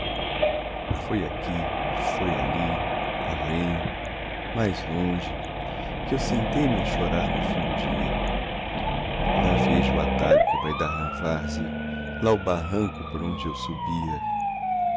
foi aqui foi ali além mais longe que eu sentei-me a chorar no fim do dia lá vejo o atalho que vai dar na várzea lá o barranco por onde eu subia